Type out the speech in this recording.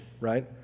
right